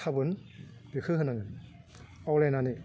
साबुन बेखौ होनांगोन आवलायनानै